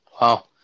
Wow